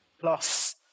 plus